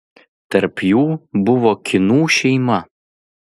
tarp jų buvo kynų šeima